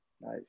Nice